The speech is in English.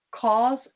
cause